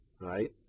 right